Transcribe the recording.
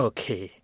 Okay